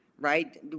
right